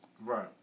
Right